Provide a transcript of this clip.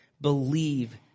believe